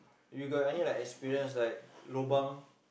you got any like experience like lobang